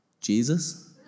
Jesus